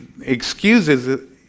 excuses